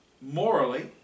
Morally